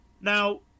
Now